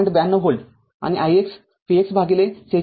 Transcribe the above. ९२ volt आणि ix Vx भागिले ४६